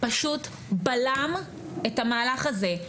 פשוט בלם את המהלך הזה,